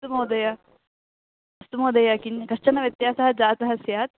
अस्तु महोदय अस्तु महोदय किं कश्चनः व्यत्यासः जातः स्यात्